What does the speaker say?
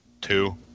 Two